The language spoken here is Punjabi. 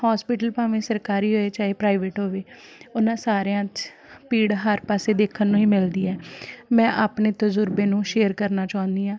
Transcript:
ਹੋਸਪਿਟਲ ਭਾਵੇਂ ਸਰਕਾਰੀ ਹੋਏ ਚਾਹੇ ਪ੍ਰਾਈਵੇਟ ਹੋਵੇ ਉਹਨਾਂ ਸਾਰਿਆਂ 'ਚ ਭੀੜ ਹਰ ਪਾਸੇ ਦੇਖਣ ਨੂੰ ਹੀ ਮਿਲਦੀ ਹੈ ਮੈਂ ਆਪਣੇ ਤਜ਼ੁਰਬੇ ਨੂੰ ਸ਼ੇਅਰ ਕਰਨਾ ਚਾਹੁੰਦੀ ਹਾਂ